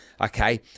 Okay